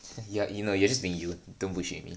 ya you know you just being you don't bullshit me